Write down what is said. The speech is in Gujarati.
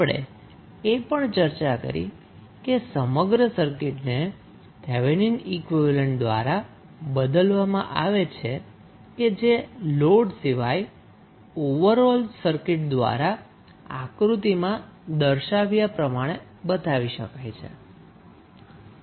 આપણે એ પણ ચર્ચા કરી કે સમગ્ર સર્કિટને થેવેનિન ઈક્વીવેલેન્ટ દ્વારા બદલવામાં આવે છે કે જે લોડ સિવાય ઓવરઓલ સર્કિટ દ્વારા આકૃતિમાં દર્શાવ્યા પ્રમાણે બતાવી શકાય છે